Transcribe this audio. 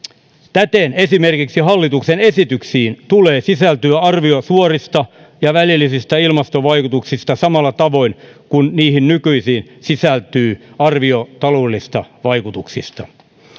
täten esimerkiksi hallituksen esityksiin tulee sisältyä arvio suorista ja välillisistä ilmastovaikutuksista samalla tavoin kuin niihin nykyisin sisältyy arvio taloudellisista vaikutuksista